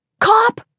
Cop